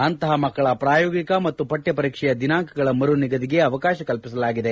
ಅಂತಪ ಮಕ್ಕಳ ಪ್ರಾಯೋಗಿಕ ಮತ್ತು ಪಕ್ಷ ಪರೀಕ್ಷೆಯ ದಿನಾಂಕಗಳ ಮರುನಿಗದಿಗೆ ಅವಕಾಶ ಕಲ್ಪಿಸಲಾಗಿದೆ